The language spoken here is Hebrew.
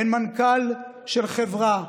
אין מנכ"ל של חברה,